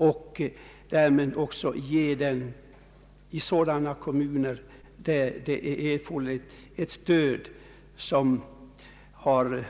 Kan man därmed också i sådana kommuner där det är erforderligt med ett stöd, som har